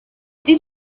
did